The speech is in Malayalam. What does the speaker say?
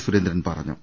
സുരേന്ദ്രൻ പറഞ്ഞു